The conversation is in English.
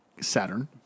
Saturn